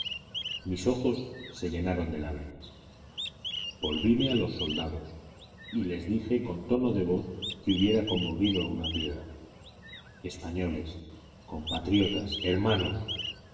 mis ojos se llenaron de lágrimas volvíme a los soldados y les dije con tono de voz que hubiera conmovido a una piedra españoles compatriotas hermanos